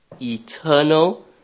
eternal